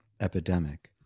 epidemic